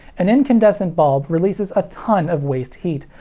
an incandescent bulb releases a ton of waste heat,